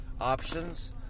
options